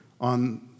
on